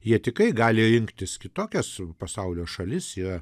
jie tikrai gali rinktis kitokias pasaulio šalis yra